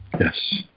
Yes